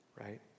Right